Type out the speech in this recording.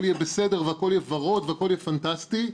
יהיה בסדר והכל יהיה ורוד והכל יהיה פנטסטי.